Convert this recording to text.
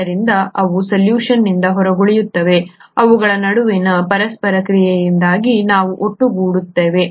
ಆದ್ದರಿಂದ ಅವು ಸಲ್ಯೂಷನ್ನಿಂದ ಹೊರಗುಳಿಯುತ್ತವೆ ಅವುಗಳ ನಡುವಿನ ಪರಸ್ಪರ ಕ್ರಿಯೆಯಿಂದಾಗಿ ಅವು ಒಟ್ಟುಗೂಡುತ್ತವೆ